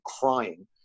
crying